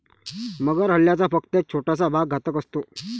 मगर हल्ल्याचा फक्त एक छोटासा भाग घातक असतो